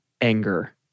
anger